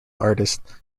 artist